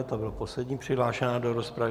To byla poslední přihlášená do rozpravy.